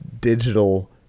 digital